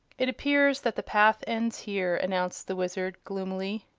it appears that the path ends here, announced the wizard, gloomily.